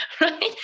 right